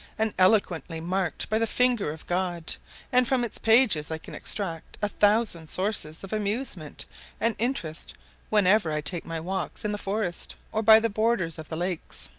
and eloquently marked by the finger of god and from its pages i can extract a thousand sources of amusement and interest whenever i take my walks in the forest or by the borders of the lakes.